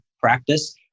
practice